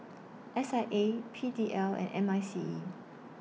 S I A P D L and M I C E